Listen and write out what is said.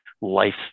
life